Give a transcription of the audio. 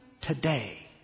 today